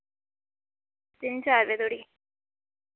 तिन चार बजे धोड़ी